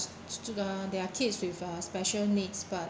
still ah there're kids with a special needs but